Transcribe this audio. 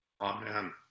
Amen